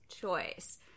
choice